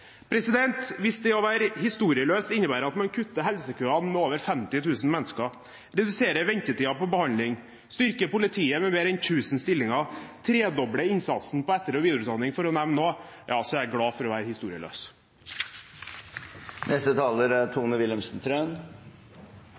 Hvis det å være historieløs innebærer at man kutter helsekøene med over 50 000 mennesker, reduserer ventetiden på behandling, styrker politiet med mer enn 1 000 stillinger, tredobler innsatsen på etter- og videreutdanning – for å nevne noe – er jeg glad for å være historieløs.